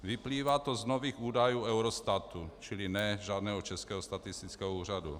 Vyplývá to z nových údajů Eurostatu čili ne žádného Českého statistického úřadu.